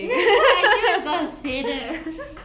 I knew you gonna say that